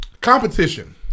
Competition